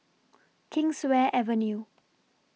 Kingswear Avenue